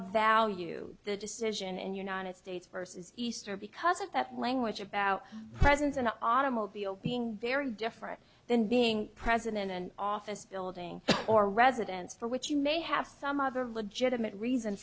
value decision and united states versus easter because of that language about presents an automobile being very different than being present in an office building or residence for which you may have some other legitimate reason